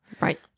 right